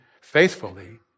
faithfully